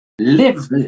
live